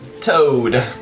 toad